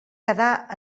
quedar